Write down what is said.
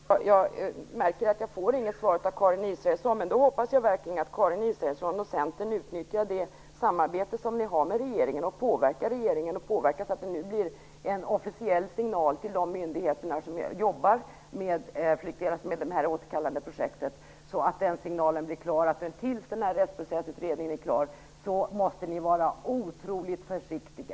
Fru talman! Jag märker att jag inte får något svar av Karin Israelsson. Men jag hoppas verkligen att Karin Israelsson och Centern utnyttjar det samarbete som de har med regeringen och att de påverkar så att det nu blir en officiell signal till de myndigheter som jobbar med återkallandeprojektet, att de tills Rättsprocessutredningen är färdig med sitt arbete måste vara otroligt försiktiga.